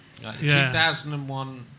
2001